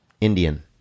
Indian